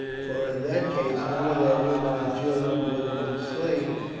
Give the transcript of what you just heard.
for in that case none of their women and children would have been slain,